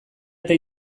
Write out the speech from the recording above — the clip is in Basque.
eta